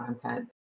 content